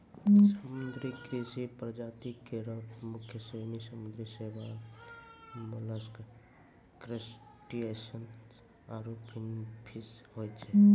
समुद्री कृषि प्रजाति केरो मुख्य श्रेणी समुद्री शैवाल, मोलस्क, क्रसटेशियन्स आरु फिनफिश होय छै